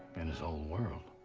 in his whole world,